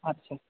আচ্ছা